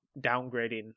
downgrading